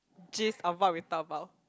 gist of what we talk about